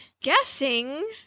guessing